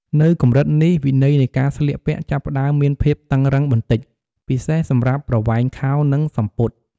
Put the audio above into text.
នៅកម្រិតនេះ វិន័យនៃការស្លៀកពាក់ចាប់ផ្តើមមានភាពតឹងរ៉ឹងបន្តិច ពិសេសសម្រាប់ប្រវែងខោ និងសំពត់។